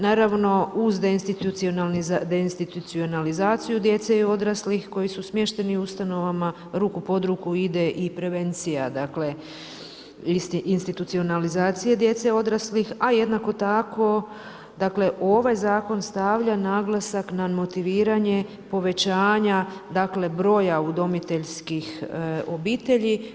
Naravno, uz deinstitucionalizaciju djece i odraslih koji su smješteni u ustanovama, ruku pod ruku ide i prevencija institucionalizacije djece i odraslih, a jednako tako dakle ovaj zakon stavlja naglasak na motiviranje, povećanja dakle broja udomiteljskih obitelji.